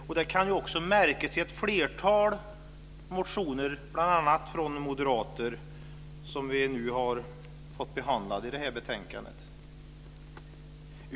Vi kan märka att det finns ett flertal motioner, bl.a. från moderater, som har blivit behandlat i det här betänkandet.